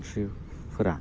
मन्थ्रिफोरा